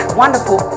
wonderful